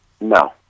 No